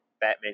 Batman